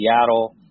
Seattle